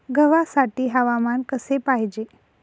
गव्हासाठी हवामान कसे पाहिजे?